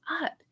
up